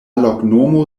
loknomo